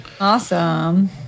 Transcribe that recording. awesome